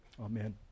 Amen